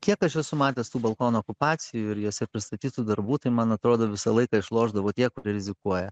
kiek aš esu matęs tų balkono okupacijų ir jose pristatytų darbų tai man atrodo visą laiką išlošdavo tie kurie rizikuoja